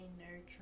nurturing